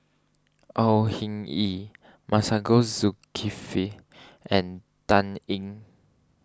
Au Hing Yee Masagos Zulkifli and Dan Ying